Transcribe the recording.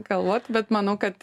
galvot bet manau kad